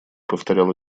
повторял